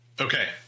Okay